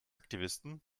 aktivisten